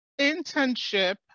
internship